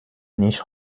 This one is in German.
nicht